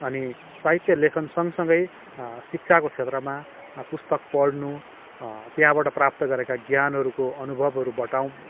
अनि साहित्य लेखन सँगसँगै शिक्षाको क्षेत्रमा पुस्तक पढ्नु त्यहाँबाट प्राप्त गरेको ज्ञानहरूको अनुभवहरू बाटऊ